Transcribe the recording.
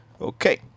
okay